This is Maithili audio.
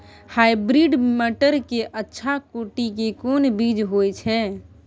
हाइब्रिड मटर के अच्छा कोटि के कोन बीज होय छै?